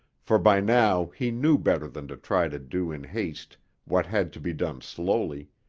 for by now he knew better than to try to do in haste what had to be done slowly.